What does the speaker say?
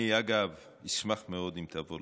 אני אגב אשמח מאוד אם תעבור